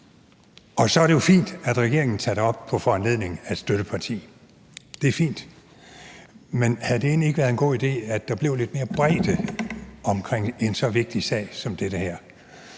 og så er det jo fint, at regeringen tager det op på foranledning af et støtteparti. Det er fint, men havde det egentlig ikke været en god idé, at der blev lidt mere bredde omkring en så vigtig sag som det her,